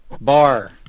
Bar